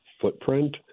footprint